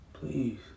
Please